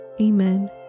Amen